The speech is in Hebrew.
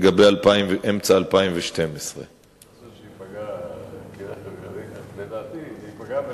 אמצע 2012. לדעתי זה ייפגע,